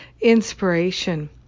inspiration